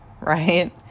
right